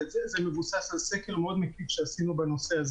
וזה מבוסס על סקר מאוד מקיף שעשינו בנושא.